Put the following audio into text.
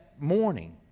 morning